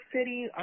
City